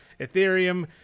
Ethereum